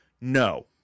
no